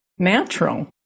Natural